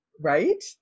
Right